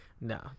no